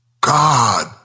God